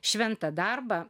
šventą darbą